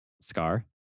Scar